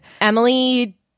Emily